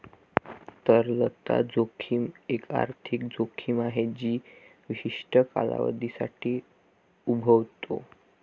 तरलता जोखीम एक आर्थिक जोखीम आहे जी विशिष्ट कालावधीसाठी उद्भवते